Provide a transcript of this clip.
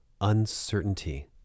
uncertainty